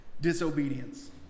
disobedience